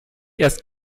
erst